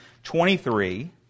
Twenty-three